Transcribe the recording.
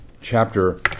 chapter